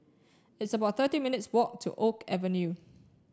it's about thirty minutes walk to Oak Avenue